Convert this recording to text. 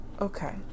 Okay